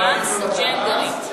טרנסג'נדרית.